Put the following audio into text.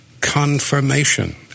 Confirmation